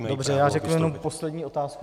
Dobře, já řeknu jenom poslední otázku.